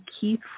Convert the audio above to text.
Keith